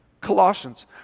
Colossians